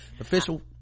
official